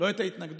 לא את ההתנגדות,